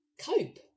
cope